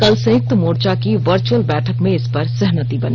कल संयुक्त मोर्चा की वर्चुअल बैठक में इस पर सहमति बनी